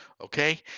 Okay